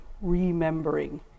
remembering